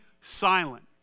silent